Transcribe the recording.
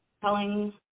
telling